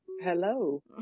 Hello